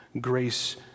grace